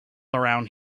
around